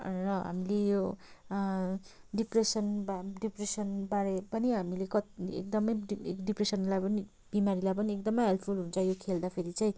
र हामीले यो डिप्रेसन डिप्रेसनबारे पनि हामीले कति एकदमै डिप्रेसनलाई पनि बिमारीलाई पनि एकदमै हेल्पफुल हुन्छ यो खेल्दाखेरि चाहिँ